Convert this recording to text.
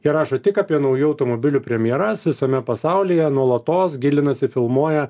jie rašo tik apie naujų automobilių premjeras visame pasaulyje nuolatos gilinasi filmuoja